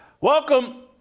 welcome